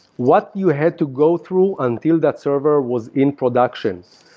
what you had to go through until that server was in production.